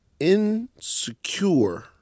insecure